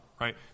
right